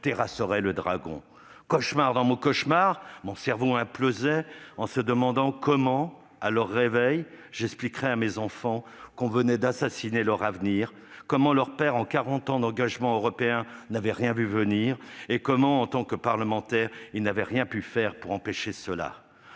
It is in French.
terrasserait le dragon. Cauchemar dans mon cauchemar : mon cerveau implosait en se demandant comment, à leur réveil, j'expliquerais à mes enfants qu'on venait d'assassiner leur avenir ; comment leur père, en quarante ans d'engagement européen, n'avait rien vu venir ; comment, en tant que parlementaire, il n'avait rien pu faire pour empêcher cela.